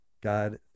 God